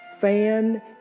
fan